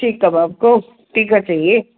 seek कबाव तो तीखा चाहिए